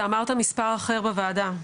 אתה אמרת מספר אחר בוועדה.